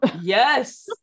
Yes